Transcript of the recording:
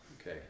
Okay